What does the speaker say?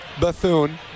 bethune